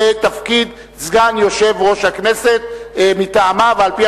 לתפקיד סגן יושב-ראש הכנסת מטעמה ועל-פי